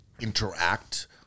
interact